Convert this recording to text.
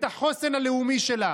את החוסן הלאומי שלה.